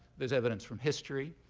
there's evidence from history,